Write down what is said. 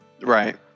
Right